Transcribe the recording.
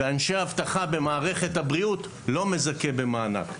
ואנשי אבטחה במערכת הבריאות לא מזכים במענק,